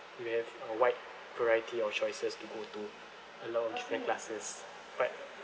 you have a wide variety of choices to go to a lot of different classes but